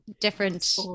different